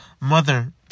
mother